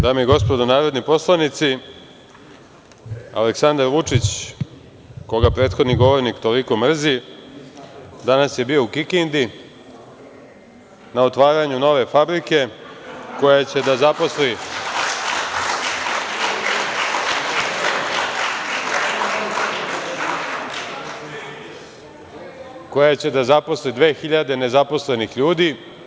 Dame i gospodo narodni poslanici, Aleksandar Vučić, koga prethodni govornik toliko mrzi, danas je bio u Kikindi na otvaranju nove fabrike koja će da zaposli 2.000 nezaposlenih ljudi.